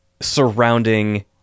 surrounding